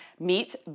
Meet